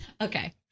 Okay